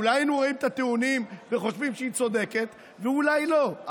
אולי היינו רואים את הטיעונים וחושבים שהיא צודקת ואולי לא,